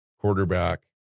quarterback